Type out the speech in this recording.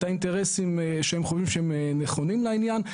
האינטרסים שהם חושבים שהם נכונים לעניין.